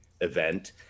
event